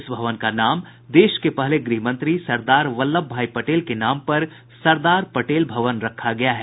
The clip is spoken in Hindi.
इस भवन का नाम देश के पहले गृह मंत्री सरदार वल्लभ भाई पटेल के नाम पर सरदार पटेल भवन रखा गया है